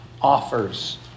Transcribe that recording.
offers